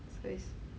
所以